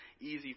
easy